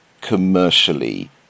commercially